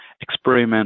experiment